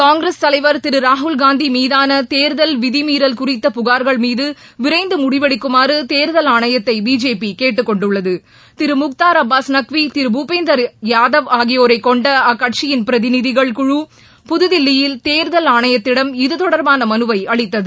காங்கிரஸ் தலைவர் திரு ராகுல்காந்தி மீதான தேர்தல் விதிமீறல் குறித்த புகார்கள் மீது விரைந்து முடிவெடுக்குமாறு தேர்தல் ஆணையத்தை பிஜேபி கேட்டுக்கொண்டுள்ளது திரு முக்தார் அப்பாஸ் நக்வி திரு பூபேந்தர் யாதவ் ஆகியோரை கொண்ட அக்கட்சியின் பிரதிநிதிகள் குழு புதுதில்லியில் தேர்தல் ஆணையத்திடம் இத்தொடர்பாள மனுவை அளித்தது